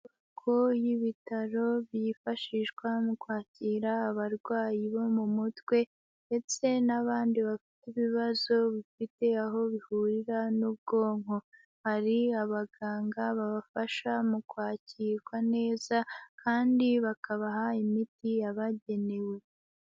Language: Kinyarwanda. Inyubako y'ibitaro byifashishwa mu kwakira abarwayi bo mu mutwe ndetse n'abandi bafite ibibazo bifite aho bihurira n'ubwonko. Hari abaganga babafasha mu kwakirwa neza kandi bakabaha imiti yabagenewe.